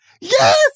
Yes